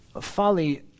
Folly